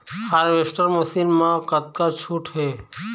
Harvester machine मा कतका छूट हे?